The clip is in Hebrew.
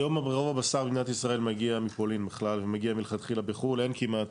היום רוב הבשר במדינת ישראל מגיע מלכתחילה מחו"ל,